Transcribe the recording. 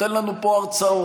נותן לנו פה הרצאות.